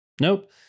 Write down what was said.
nope